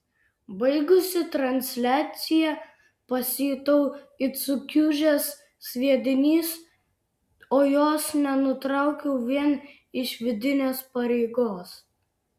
baigusi transliaciją pasijutau it sukiužęs sviedinys o jos nenutraukiau vien iš vidinės pareigos